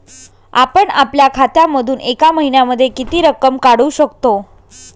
आपण आपल्या खात्यामधून एका महिन्यामधे किती रक्कम काढू शकतो?